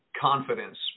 confidence